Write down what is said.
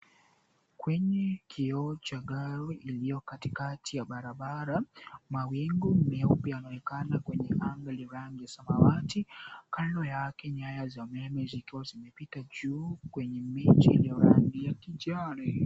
Kwenye kio cha gari iliyo katikati ya barabara mawingu meupe yanaonekana kwenye anga yenye rangi ya samawa kando yake ikiwa nyanya za umeme zimepita juu ya miti ya rangi ya kijani.